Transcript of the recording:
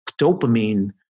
dopamine